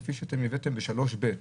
כפי שאתם הבאתם ב-3(ב),